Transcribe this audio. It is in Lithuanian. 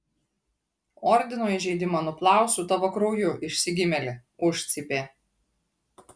ordino įžeidimą nuplausiu tavo krauju išsigimėli užcypė